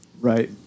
Right